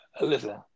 Listen